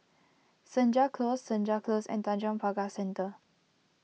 Senja Close Senja Close and Tanjong Pagar Centre